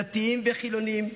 דתיים וחילונים,